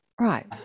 Right